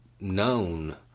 known